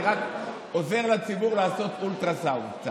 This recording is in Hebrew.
אני רק עוזר לציבור לעשות קצת אולטרסאונד,